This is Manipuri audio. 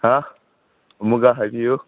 ꯍꯥ ꯑꯃꯨꯛꯀ ꯍꯥꯏꯕꯤꯌꯨ